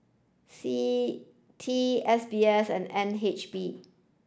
CITI S B S and N H B